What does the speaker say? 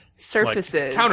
surfaces